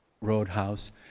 Roadhouse